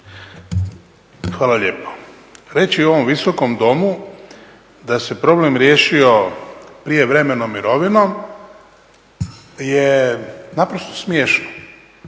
Hvala lijepo. Reći u ovom Visokom domu da se problem riješio prijevremenom mirovinom je naprosto smiješno.